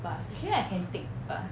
but here I can take bus